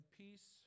peace